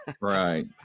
Right